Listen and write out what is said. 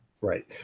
Right